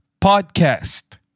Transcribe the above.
podcast